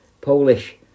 Polish